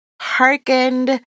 hearkened